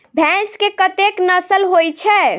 भैंस केँ कतेक नस्ल होइ छै?